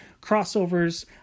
crossovers